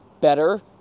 better